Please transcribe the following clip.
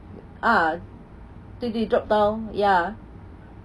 uh 对对 drop down ya